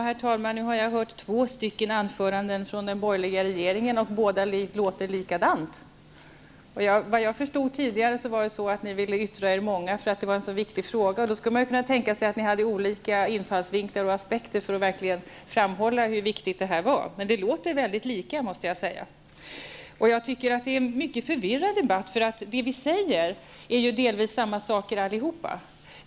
Herr talman! Nu har jag hört två anföranden från representanter för den borgerliga majoriteten, och båda har låtit likadant. Jag har förstått att många av er velat yttra sig, eftersom frågan är så viktig. Man kan därför tänka sig att ni har olika infallsvinklar och ser på frågan ur olika aspekter för att verkligen framhålla hur viktig den här. Men anförandena, måste jag säga, har varit likartade. Debatten är enligt min mening mycket förvirrad. Vi säger delvis samma saker allesammans.